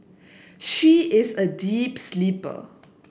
she is a deep sleeper